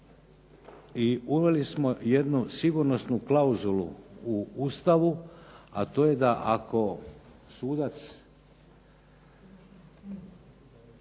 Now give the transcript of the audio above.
i uveli smo jednu sigurnosnu klauzulu u Ustavu, a to je da ako sudac